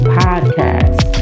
podcast